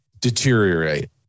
deteriorate